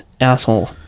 asshole